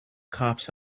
cops